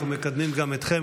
אנחנו מקדמים גם אתכם,